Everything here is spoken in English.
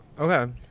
Okay